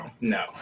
No